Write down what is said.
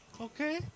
Okay